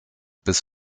bis